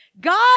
God